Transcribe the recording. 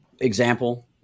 example